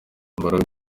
mbaraga